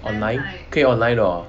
online 可以 online 的 orh